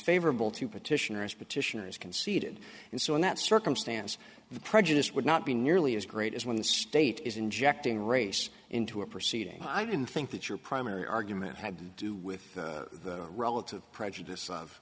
favorable to petitioner as petitioners conceded and so in that circumstance the prejudice would not be nearly as great as when the state is injecting race into a proceeding i didn't think that your primary argument had to do with relative prejudice of